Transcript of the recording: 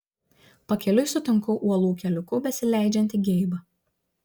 pakeliui sutinku uolų keliuku besileidžiantį geibą